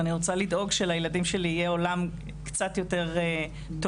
ואני רוצה לדאוג שלילדים שלי יהיה עולם קצת יותר טוב.